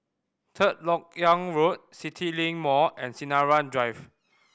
Third Lok Yang Road CityLink Mall and Sinaran Drive